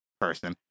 person